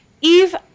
Eve